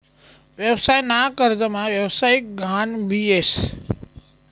व्यवसाय ना कर्जमा व्यवसायिक गहान भी येस